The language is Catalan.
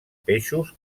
peixos